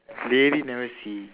really never see